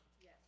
Yes